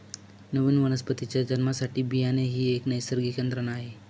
नवीन वनस्पतीच्या जन्मासाठी बियाणे ही एक नैसर्गिक यंत्रणा आहे